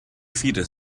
feeder